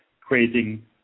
creating